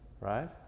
right